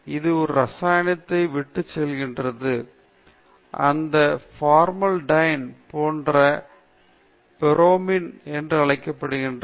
அது ஒரு ரசாயனத்தை விட்டுச் செல்கிறது இது பார்மால்டிஹைடு போன்ற பெரோமோன் என்று அழைக்கப்படுகிறது